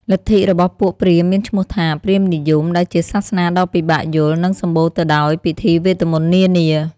លទ្ធិរបស់ពួកព្រាហ្មណ៍មានឈ្មោះថា “ព្រាហ្មណ៍និយម” ដែលជាសាសនាដ៏ពិបាកយល់ និងសម្បូរទៅដោយពិធីវេទមន្តនានា។